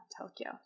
Tokyo